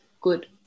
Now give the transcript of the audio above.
good